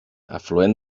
afluent